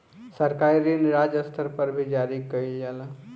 सरकारी ऋण राज्य स्तर पर भी जारी कईल जाला